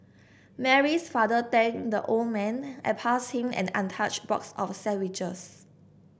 Mary's father thanked the old man and passed him an untouched box of sandwiches